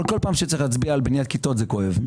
כל פעם שצריך להצביע על בניית כיתות זה כואב.